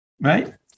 right